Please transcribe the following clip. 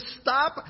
stop